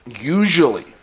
usually